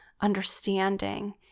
understanding